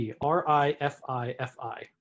R-I-F-I-F-I